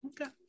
okay